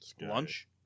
Lunch